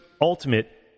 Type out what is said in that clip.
Ultimate